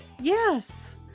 Yes